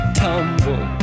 tumble